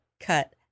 cut